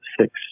six